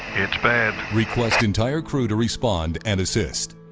it's bad. requesting entire crew to respond and assist.